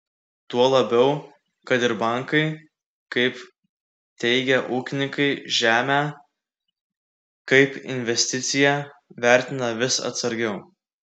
tuo labiau kad ir bankai kaip teigia ūkininkai žemę kaip investiciją vertina vis atsargiau